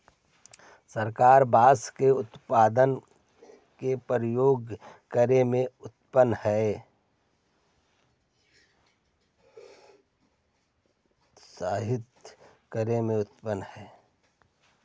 सरकार बाँस के उत्पाद के प्रोत्साहित करे में तत्पर हइ